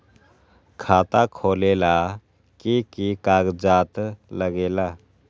खाता खोलेला कि कि कागज़ात लगेला?